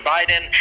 Biden